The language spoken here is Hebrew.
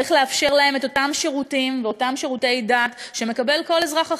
צריך לאפשר להם את אותם שירותים ואותם שירותי דת שמקבל כל אזרח אחר,